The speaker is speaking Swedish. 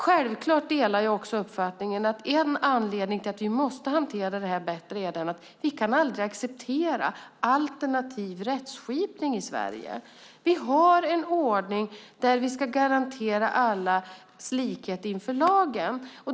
Självklart delar jag uppfattningen att en anledning till att vi måste hantera detta bättre är att vi aldrig kan acceptera alternativ rättskipning i Sverige. Vi har en ordning där vi ska garantera allas likhet inför lagen.